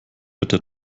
bitte